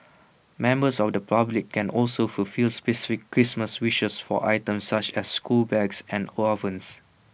members of the public can also fulfil specific Christmas wishes for items such as school bags and ovens